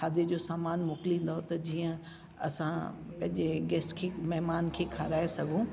खाधे जो सामान मोकिलींदव त जीअं असां पंहिंजे गैस्ट खे महिमान खे खाराए सघूं